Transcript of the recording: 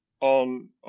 on